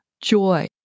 joy